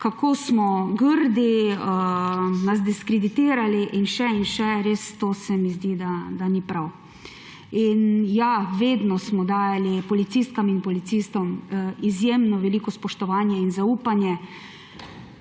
kako smo grdi, nas diskreditirali in še in še, res to se mi zdi, da ni prav. Ja, vedno smo dajali policistkam in policistom izjemno veliko spoštovanje in zaupanje.